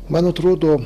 man atrodo